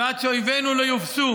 ועד שאויבינו לא יובסו